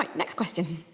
like next question.